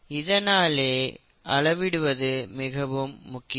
இதனாலே அளவிடுவது மிகவும் முக்கியம்